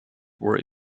were